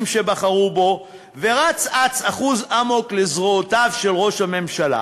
שבחרו בו ורץ אץ אחוז אמוק לזרועותיו של ראש הממשלה,